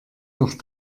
noch